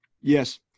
Yes